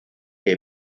que